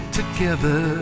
together